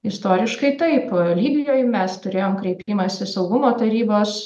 istoriškai taip libijoj mes turėjom kreipimąsi į saugumo tarybos